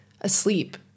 asleep